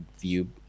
view